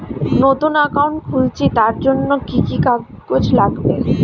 নতুন অ্যাকাউন্ট খুলছি তার জন্য কি কি কাগজ লাগবে?